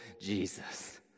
Jesus